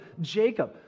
Jacob